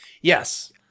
Yes